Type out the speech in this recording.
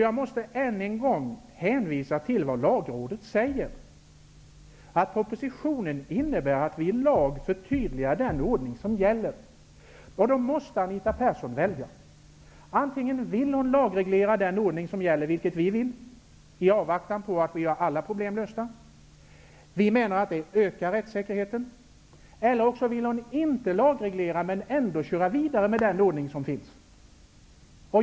Jag måste än en gång hänvisa till vad Lagrådet säger, nämligen att propositionen innebär att vi i lag förtydligar den ordning som gäller. Då måste Anita Persson välja: antingen vill hon lagreglera den ordning som gäller, vilket vi vill, för att få alla problem lösta -- det ökar rättssäkerheten -- eller också vill hon inte lagreglera men ändå köra vidare med den ordning som gäller.